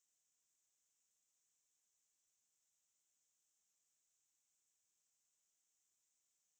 err I don't think it should be mandatory cause of like health reasons if you do not have like allergic reactions to it